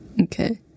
Okay